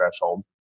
threshold